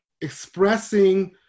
expressing